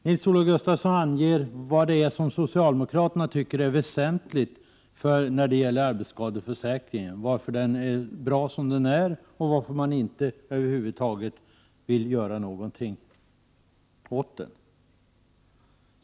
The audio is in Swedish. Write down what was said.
Nils-Olof Gustafsson anger vad socialdemokraterna tycker är väsentligt när det gäller arbetsskadeförsäkringen, varför den är bra som den är och varför man över huvud taget inte vill göra någonting åt den.